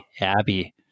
Abby